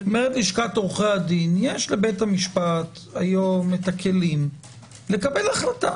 אומרת לשכת עורכי הדין: יש לבית המשפט היום את הכלים לקבל החלטה.